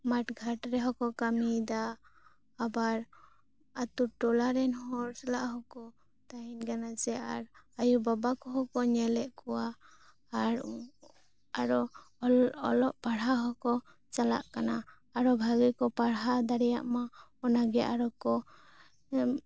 ᱢᱟᱴ ᱜᱷᱟᱴ ᱨᱮᱦᱚᱸ ᱠᱚ ᱠᱟᱢᱤᱭᱮᱫᱟ ᱟᱵᱟᱨ ᱟᱛᱳ ᱴᱚᱞᱟ ᱨᱮᱱ ᱦᱚᱲ ᱥᱟᱞᱟᱜ ᱦᱚᱠᱚ ᱛᱟᱦᱮᱱ ᱠᱟᱱᱟ ᱡᱮ ᱟᱨ ᱟᱭᱳᱼᱵᱟᱵᱟ ᱠᱚᱦᱚ ᱠᱚ ᱧᱮᱞᱮᱜ ᱠᱚᱭᱟ ᱟᱨ ᱟᱨᱚ ᱚᱞ ᱚᱞᱚᱜ ᱯᱟᱲᱦᱟᱣ ᱦᱚᱸᱠᱚ ᱪᱟᱞᱟᱜ ᱠᱟᱱᱟ ᱟᱨᱚ ᱵᱷᱟᱜᱮ ᱠᱚ ᱯᱟᱲᱦᱟᱣ ᱫᱟᱲᱮᱭᱟᱜᱼᱢᱟ ᱚᱱᱟᱜᱮ ᱟᱨᱚ ᱠᱚ ᱧᱟᱢ